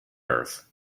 earth